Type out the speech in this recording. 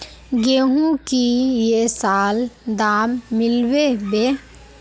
गेंहू की ये साल दाम मिलबे बे?